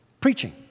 preaching